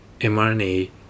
mRNA